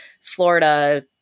Florida